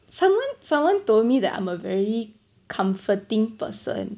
someone someone told me that I'm a very comforting person